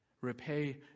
repay